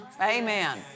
Amen